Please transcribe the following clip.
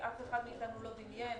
אף אחד מאתנו לא דמיין